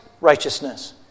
righteousness